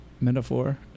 metaphor